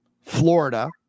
Florida